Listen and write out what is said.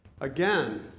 Again